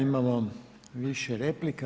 Imamo više replika.